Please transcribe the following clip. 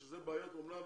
שזה בעיות אמנם